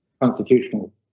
constitutional